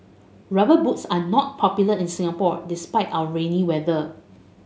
Rubber Boots are not popular in Singapore despite our rainy weather